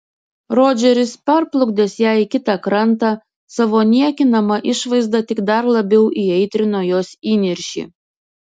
rodžeris perplukdęs ją į kitą krantą savo niekinama išvaizda tik dar labiau įaitrino jos įniršį